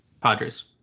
Padres